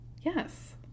yes